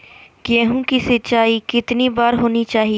गेहु की सिंचाई कितनी बार होनी चाहिए?